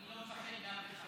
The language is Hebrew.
אני לא מפחד מאף אחד.